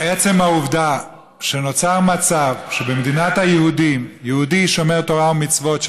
עצם העובדה שנוצר מצב שבמדינת היהודים יהודי שומר תורה ומצוות,